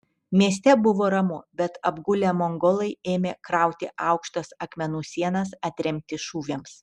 mieste buvo ramu bet apgulę mongolai ėmė krauti aukštas akmenų sienas atremti šūviams